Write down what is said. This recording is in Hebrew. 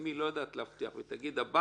אם היא לא יודעת להבטיח, והיא תגיד "הבנקים",